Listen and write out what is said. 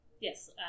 yes